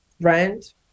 rent